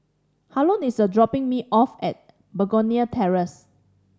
Harlon is dropping me off at Begonia Terrace